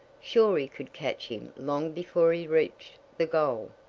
sure he could catch him long before he reached the goal.